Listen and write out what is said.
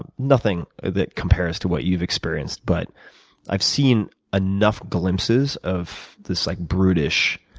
um nothing that compares to what you've experienced but i've seen enough glimpses of this like brutish